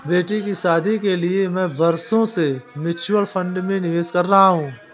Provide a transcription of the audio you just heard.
बेटी की शादी के लिए मैं बरसों से म्यूचुअल फंड में निवेश कर रहा हूं